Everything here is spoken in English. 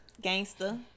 gangster